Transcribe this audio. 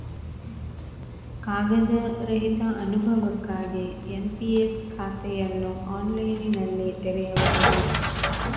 ಕಾಗದ ರಹಿತ ಅನುಭವಕ್ಕಾಗಿ ಎನ್.ಪಿ.ಎಸ್ ಖಾತೆಯನ್ನು ಆನ್ಲೈನಿನಲ್ಲಿ ತೆರೆಯಬಹುದು